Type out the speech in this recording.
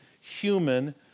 human